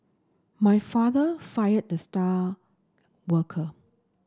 my father fired the star worker